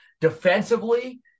Defensively